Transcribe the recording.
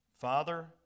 Father